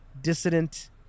Dissident